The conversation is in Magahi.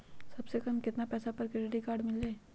सबसे कम कतना पैसा पर क्रेडिट काड मिल जाई?